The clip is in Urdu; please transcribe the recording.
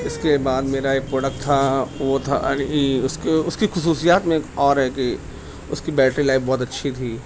اس کے بعد میرا ایک پروڈکٹ تھا وہ تھا اس کے اس کی خصوصیات میں اور کی اس کی بیٹری لائف بہت اچھی تھی